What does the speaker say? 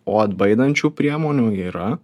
o atbaidančių priemonių yra